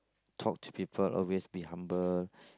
talk to people always be humble